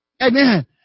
Amen